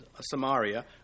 Samaria